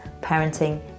parenting